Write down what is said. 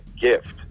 gift